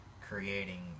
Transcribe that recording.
creating